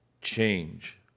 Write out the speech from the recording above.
change